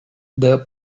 der